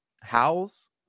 Howls